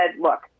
Look